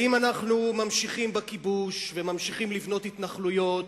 האם אנחנו ממשיכים בכיבוש וממשיכים לבנות התנחלויות